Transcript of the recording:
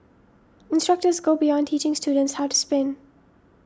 instructors go beyond teaching students how to spin